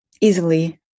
easily